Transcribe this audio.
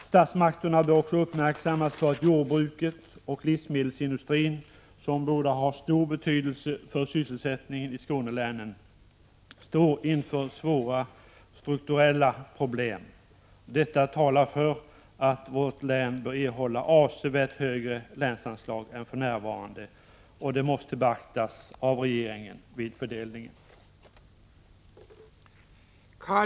Statsmakterna bör också uppmärksammas på att jordbruket och livsmedelsindustrin, som båda har stor betydelse för sysselsättningen i Skånelänen, står inför svåra strukturella problem. Detta talar för att vårt län bör erhålla avsevärt högre länsanslag än för närvarande. Detta måste beaktas av regeringen vid fördelningen av länsanslagen.